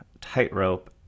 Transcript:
tightrope